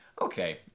Okay